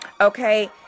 okay